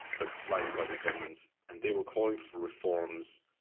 felt slighted by the government, and they were calling for reforms,